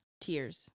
tears